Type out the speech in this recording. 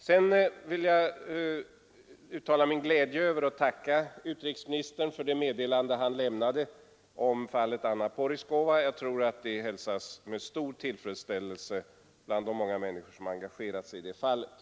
Sedan vill jag uttala min glädje över och tacka utrikesministern för det meddelande han lämnade om fallet Anna Porizkova. Jag tror att det kommer att hälsas med stor tillfredsställelse av de många människor som har engagerat sig i det fallet.